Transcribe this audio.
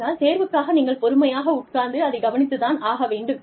அதனால் தேர்வுக்காக நீங்கள் பொறுமையாக உட்கார்ந்து அதைக் கவனித்து தான் ஆக வேண்டும்